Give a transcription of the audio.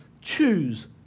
choose